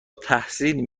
تحسین